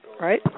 right